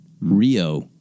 Rio